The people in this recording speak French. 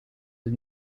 des